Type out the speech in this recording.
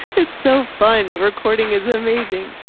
it's so fun. recording is amazing